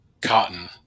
cotton